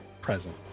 present